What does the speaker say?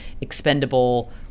expendable